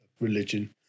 religion